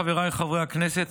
חבריי חברי הכנסת,